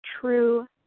true